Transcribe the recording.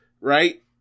right